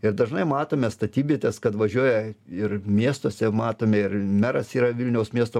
ir dažnai matome statybvietės kad važiuoja ir miestuose matome ir meras yra vilniaus miesto